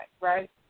right